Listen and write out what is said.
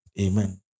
Amen